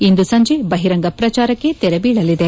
ಇಂದು ಸಂಜೆ ಬಹಿರಂಗ ಪ್ರಚಾರಕ್ಕೆ ತೆರೆ ಬೀಳಲಿದೆ